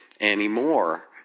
anymore